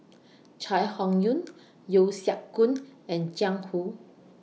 Chai Hon Yoong Yeo Siak Goon and Jiang Hu